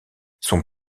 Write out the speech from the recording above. son